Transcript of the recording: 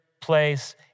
place